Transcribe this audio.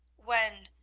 when,